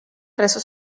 reso